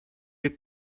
your